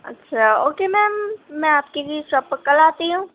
اچھا okay ma'am میں آپ کے لیے شاپ پر کل آتی ہوں